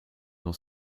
dans